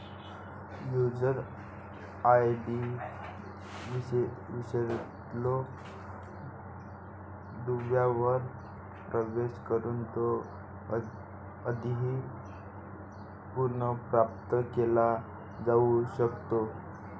user ID विसरलो दुव्यावर प्रवेश करून तो कधीही पुनर्प्राप्त केला जाऊ शकतो